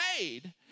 made